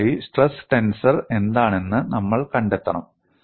ഒന്നാമതായി stress tensor എന്താണെന്ന് നമ്മൾ കണ്ടെത്തണം